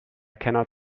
cannot